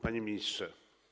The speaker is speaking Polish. Panie Ministrze!